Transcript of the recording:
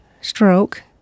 stroke